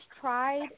tried